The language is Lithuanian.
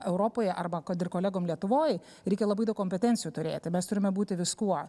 europoje arba kad ir kolegom lietuvoj reikia labai daug kompetencijų turėti mes turime būti viskuo